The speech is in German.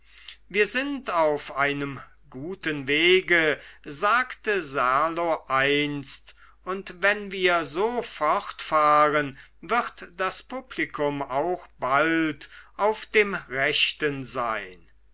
wir sind auf einem guten wege sagte serlo einst und wenn wir so fortfahren wird das publikum auch bald auf dem rechten sein